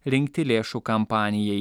rinkti lėšų kampanijai